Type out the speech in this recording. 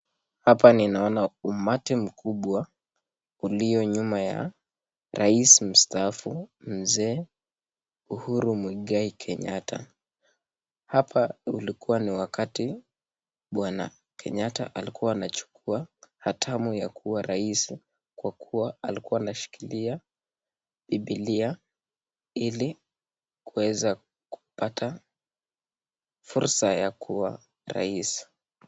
Hapa ninaona umati mkubwa ulio nyuma ya Rais mstaafu Mzee Uhuru Muigai Kenyatta. Hapa ulikuwa ni wakati Bwana Kenyatta alikuwa anachukua hatamu ya kuwa Rais kwa kuwa alikuwa anashikilia Biblia ili kuweza kupata fursa ya kuwa Rais.